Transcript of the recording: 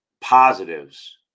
positives